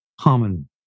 common